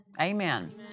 Amen